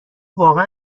واقعا